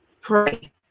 Pray